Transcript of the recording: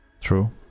True